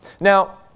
Now